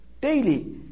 Daily